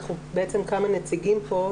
אנחנו בעצם כמה נציגים פה,